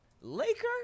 laker